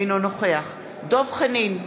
אינו נוכח דב חנין,